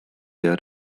here